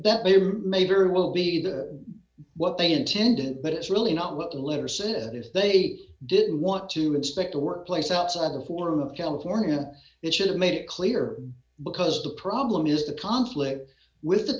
if they may very well be the what they intended but it's really not what the letter said if they didn't want to inspect the work place outside the form of california it should have made it clear because the problem is the conflict with the